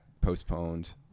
postponed